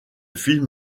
film